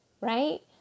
right